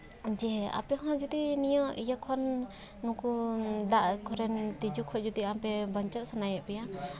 ᱡᱮ ᱟᱯᱮ ᱦᱚᱸ ᱡᱩᱫᱤ ᱱᱤᱭᱟᱹ ᱤᱭᱟᱹᱠᱷᱚᱱ ᱱᱩᱠᱩ ᱫᱟᱜ ᱠᱚᱨᱮᱱ ᱛᱤᱡᱩ ᱠᱷᱚᱱ ᱡᱩᱫᱤ ᱟᱯᱮ ᱵᱟᱧᱪᱟᱜ ᱥᱟᱱᱟᱭᱮᱫ ᱯᱮᱭᱟ